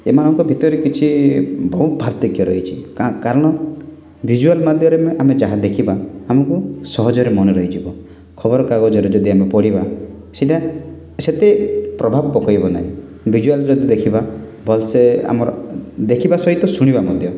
ଏମାନଙ୍କ ଭିତରେ କିଛି ବହୁତ ପାର୍ଥକ୍ୟ ରହିଛି କାରଣ ଭିଜୁଆଲ୍ ମାଧ୍ୟମ ଆମେ ଯାହା ଦେଖିବା ଆମକୁ ସହଜରେ ମନେରହିଯିବ ଖବରକାଗଜରେ ଯଦି ଆମେ ପଢ଼ିବା ସେଇଟା ସେତେ ପ୍ରଭାବ ପକେଇବ ନାହିଁ ଭିଜୁଆଲ୍ ଯଦି ଦେଖିବା ଭଲସେ ଆମର ଦେଖିବା ସହିତ ଶୁଣିବା ମଧ୍ୟ